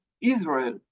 Israel